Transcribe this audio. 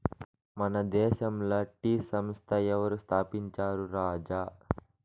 మన దేశంల టీ సంస్థ ఎవరు స్థాపించారు రాజా